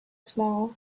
small